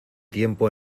tiempo